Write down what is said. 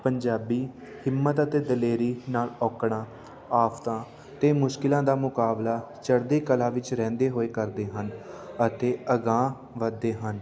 ਪੰਜਾਬੀ ਹਿੰਮਤ ਅਤੇ ਦਲੇਰੀ ਨਾਲ ਔਕੜਾਂ ਆਫਤਾਂ ਅਤੇ ਮੁਸ਼ਕਲਾਂ ਦਾ ਮੁਕਾਬਲਾ ਚੜ੍ਹਦੀ ਕਲਾ ਵਿੱਚ ਰਹਿੰਦੇ ਹੋਏ ਕਰਦੇ ਹਨ ਅਤੇ ਅਗਾਂਹ ਵੱਧਦੇ ਹਨ